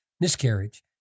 miscarriage